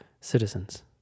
citizens